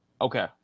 Okay